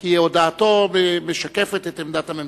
כי הודעתו משקפת את עמדת הממשלה.